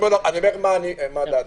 אני אומר מה דעתי.